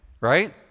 right